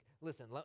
listen